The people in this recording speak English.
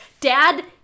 dad